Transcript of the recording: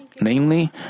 Namely